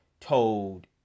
told